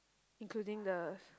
including the